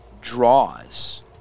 draws